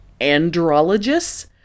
andrologists